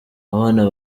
abana